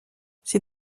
ces